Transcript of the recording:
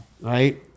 Right